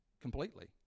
completely